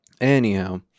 Anyhow